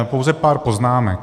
Pouze pár poznámek.